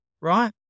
Right